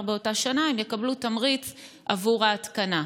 באותה שנה הם יקבלו תמריץ עבור ההתקנה.